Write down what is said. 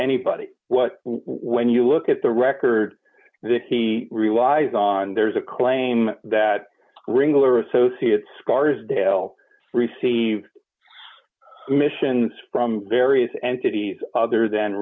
anybody what when you look at the record that he relies on there's a claim that ringler associates scarsdale received missions from various entities other than